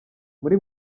muri